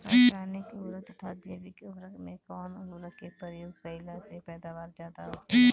रसायनिक उर्वरक तथा जैविक उर्वरक में कउन उर्वरक के उपयोग कइला से पैदावार ज्यादा होखेला?